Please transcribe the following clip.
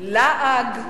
לעג.